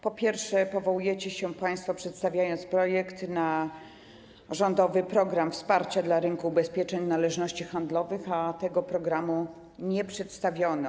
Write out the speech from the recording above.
Po pierwsze, powołujecie się państwo, przedstawiając projekt, na rządowy program wsparcia dla rynku ubezpieczeń należności handlowych, a tego programu nie przedstawiono.